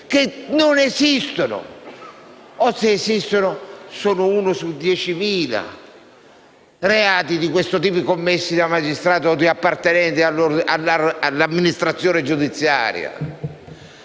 che non esistono - o, se esistono, sono uno su 10.000 - reati di questo tipo commessi da magistrati o da appartenenti all'amministrazione giudiziaria.